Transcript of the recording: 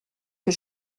que